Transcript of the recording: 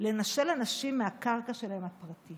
לנשל אנשים מהקרקע שלהם, הפרטית.